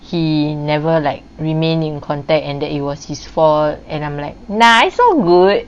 he never like remain in contact and that it was his fault and I'm like nah it's all good